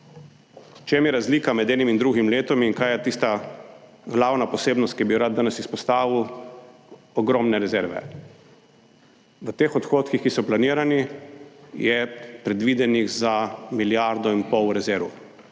V čem je razlika med enim in drugim letom in kaj je tista glavna posebnost, ki bi jo rad danes izpostavil? Ogromne rezerve. V teh odhodkih, ki so planirani, je predvidenih za milijardo in pol rezerv,